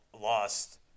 lost